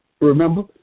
Remember